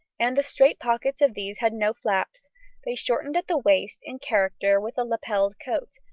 and the straight pockets of these had no flaps they shortened at the waist in character with the lapelled coat,